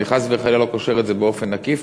אני חס וחלילה לא קושר את זה באופן עקיף,